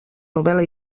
novel·la